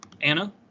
Anna